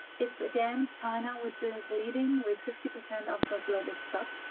it's, again, china which is leading, with fifty percent of the global stock,